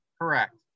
Correct